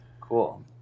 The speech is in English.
Cool